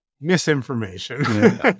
Misinformation